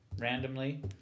randomly